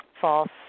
false